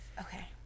Okay